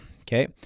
okay